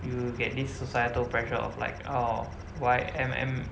you get this societal pressure of like orh why am am